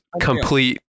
complete